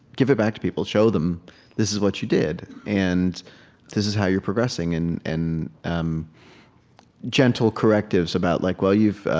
give it back to people, show them this is what you did, and this is how you're progressing. and and um gentle correctives about like, well, you've